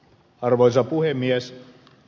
arvoisa puhemies